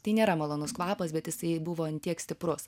tai nėra malonus kvapas bet jisai buvo ant tiek stiprus